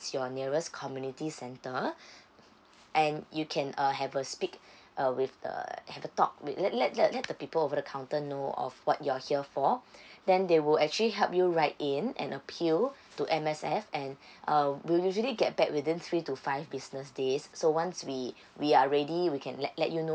your nearest community centre and you can uh have a speak uh with the have a talk with let let let let the people over the counter know of what you are here for then they will actually help you write in an appeal to M_S_F and uh we usually get back within three to five business days so once we we are ready we can let let you know